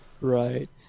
Right